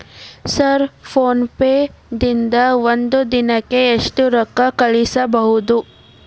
Sir PhonePe ದಿಂದ ಒಂದು ದಿನಕ್ಕೆ ಎಷ್ಟು ರೊಕ್ಕಾ ಕಳಿಸಬಹುದು?